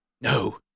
No